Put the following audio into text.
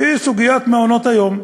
היא סוגיית מעונות-היום: